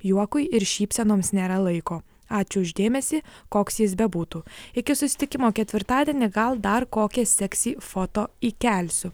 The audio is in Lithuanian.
juokui ir šypsenoms nėra laiko ačiū už dėmesį koks jis bebūtų iki susitikimo ketvirtadienį gal dar kokią seksy foto įkelsiu